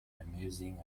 amusing